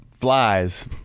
flies